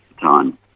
time